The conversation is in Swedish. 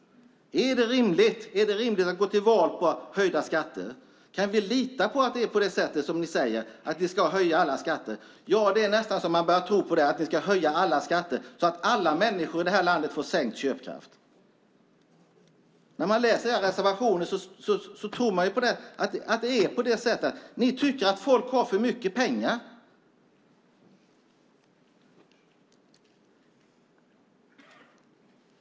Är det rimligt att gå till val på höjda skatter? Kan vi lita på att det är på det sätt som ni säger, att ni ska höja alla skatter? Det är nästan så att man börjar tro att ni ska höja alla skatter så att alla människor i det här landet får sänkt köpkraft. När man läser era reservationer tror man att det är på det sättet. Ni tycker att folk har för mycket pengar.